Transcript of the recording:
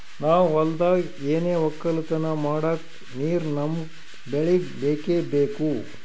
ನಾವ್ ಹೊಲ್ದಾಗ್ ಏನೆ ವಕ್ಕಲತನ ಮಾಡಕ್ ನೀರ್ ನಮ್ ಬೆಳಿಗ್ ಬೇಕೆ ಬೇಕು